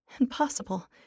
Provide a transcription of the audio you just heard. Impossible